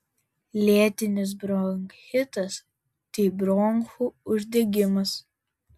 lėtinis bronchitas tai bronchų uždegimas